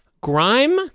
grime